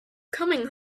coming